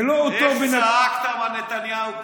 זה לא אותו בן אדם, איך צעקת על נתניהו פה.